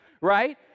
right